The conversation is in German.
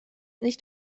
nicht